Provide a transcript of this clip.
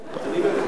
אני מבקש,